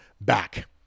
back